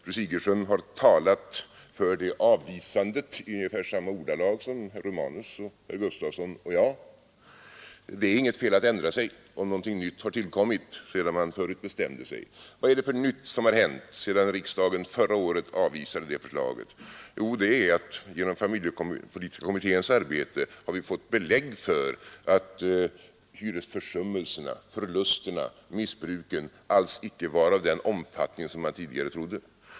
Fru Sigurdsen har talat för det avvisandet i ungefär samma ordalag som herr Romanus, herr Gustavsson i Alvesta och jag. Det är inget fel att ändra sig, om någonting nytt har tillkommit sedan man förut bestämde sig. Vad är det för nytt som har hänt sedan riksdagen förra året avvisade det förslaget? Jo, genom familjepolitiska kommitténs arbete har vi fått belägg för att hyresförsummelserna, förlusterna och missbruken alls inte var av den omfattningen man tidigare trodde.